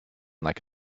like